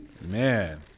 man